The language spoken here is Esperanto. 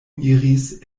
iris